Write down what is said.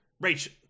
Rachel